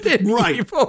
Right